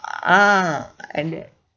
ah and that